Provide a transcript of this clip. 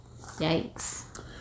Yikes